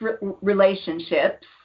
relationships